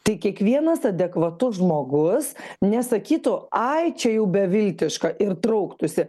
tai kiekvienas adekvatus žmogus nesakytų ai čia jau beviltiška ir trauktųsi